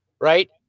right